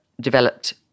developed